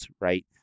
right